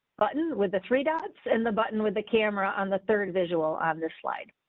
button with the three dots and the button with the camera on the third visual on this slide.